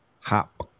Hop